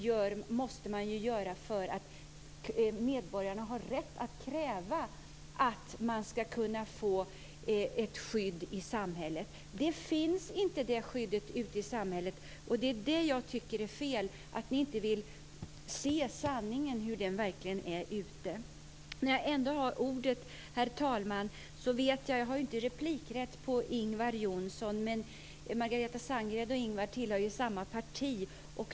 Så måste ske därför att medborgarna har rätt att kräva att få ett skydd ute i samhället. Det skyddet finns inte ute i samhället. Vad jag tycker är fel är att ni inte vill se sanningen om de verkliga förhållandena. Medan jag ändå har ordet, herr talman, vill jag säga att jag visserligen inte har replikrätt mot Ingvar Johnsson tillhör samma parti.